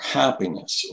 happiness